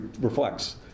reflects